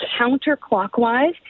counterclockwise